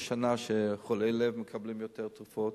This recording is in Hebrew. יש שנה שחולי לב מקבלים יותר תרופות,